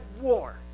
war